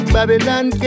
Babylon